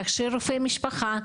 להכשיר רופאי משפחה,